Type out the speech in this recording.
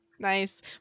Nice